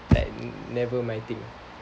like never my thing